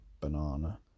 banana